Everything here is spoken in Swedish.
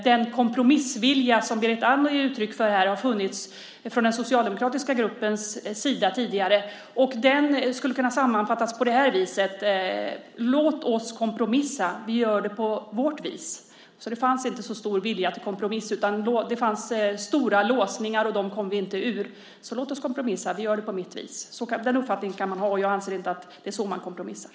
Den kompromissvilja som Berit Andnor ger uttryck för här har funnits från den socialdemokratiska gruppens sida tidigare och den skulle kunna sammanfattas på följande sätt: Låt oss kompromissa. Vi gör det på vårt vis. Så det fanns inte så stor vilja att kompromissa, utan det fanns stora låsningar, och dem kom vi inte ur. Så låt oss kompromissa. Vi gör det på mitt vis. Den uppfattningen kan man ha. Och jag anser inte att det är så som man kompromissar.